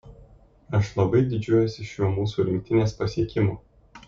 aš labai didžiuojuosi šiuo mūsų rinktinės pasiekimu